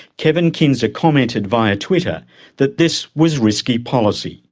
kevin kinser commented via twitter that this was risky policy.